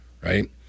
right